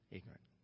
Ignorant